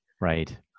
Right